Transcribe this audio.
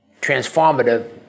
transformative